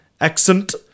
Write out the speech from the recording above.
Accent